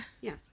Yes